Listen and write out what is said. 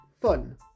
fun